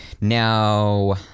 now